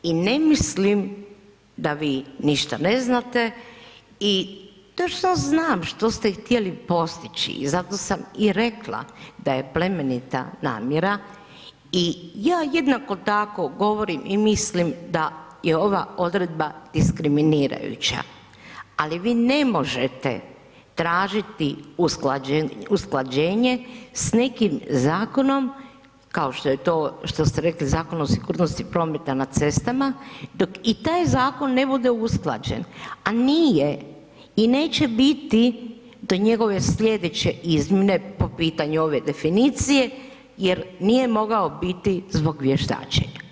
I ne mislim da vi ništa ne znate i točno znam što ste htjeli postići i zato sam i rekla da je plemenita namjera i ja jednako tako govorim i mislim da je ova odredba diskriminirajuća ali vi ne možete tražit usklađenje s nekim zakonom kao što je to što ste rekli Zakon o sigurnosti prometa na cestama dok i taj zakon ne bude usklađen a nije i neće biti do njegove slijedeće izmjene po pitanju ove definicije jer nije mogao biti zbog vještačenja.